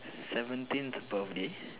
seventeenth birthday